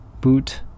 Boot